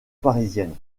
parisienne